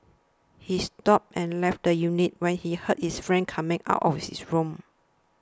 he stopped and left the unit when he heard his friend coming out of his room